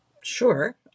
Sure